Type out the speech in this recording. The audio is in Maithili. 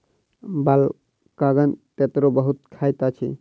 बालकगण तेतैर बहुत खाइत अछि